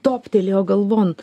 toptelėjo galvon